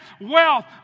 wealth